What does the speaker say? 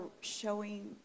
showing